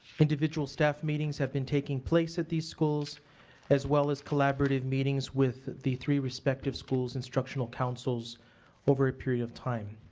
individual staff meetings have been taking place at these schools as well as collaborative meetings with the three respective schools instructional councils over a period of time.